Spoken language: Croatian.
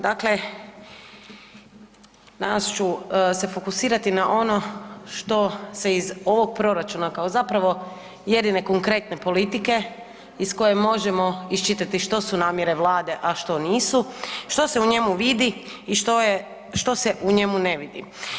Dakle, danas ću se fokusirati na ono što se iz ovog proračuna kao zapravo jedine konkretne politike iz koje možemo iščitati što su namjere Vlade, a što nisu, što se u njemu vidi i što se u njemu ne vidi.